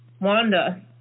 Wanda